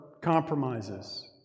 compromises